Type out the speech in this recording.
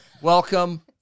welcome